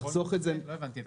לא הבנתי.